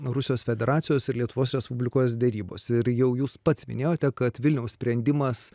rusijos federacijos ir lietuvos respublikos derybos ir jau jūs pats minėjote kad vilniaus sprendimas